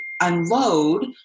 unload